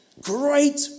Great